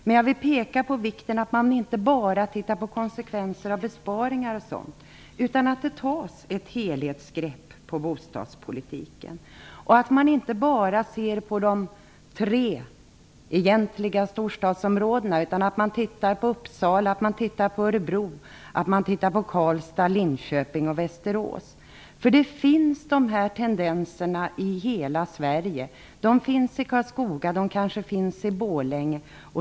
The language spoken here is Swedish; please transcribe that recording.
Men jag vill peka på vikten av att man inte bara tittar på konsekvenser av besparingar och sådant. Det är viktigt att det tas ett helhetsgrepp när det gäller bostadspolitiken. Man får inte bara se på de tre egentliga storstadsområdena. Det är också viktigt att man tittar på Uppsala, Örebro, Karlstad, Linköping och Västerås. Dessa tendenser finns i hela Sverige. De finns i Karlskoga och kanske i Borlänge.